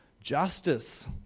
justice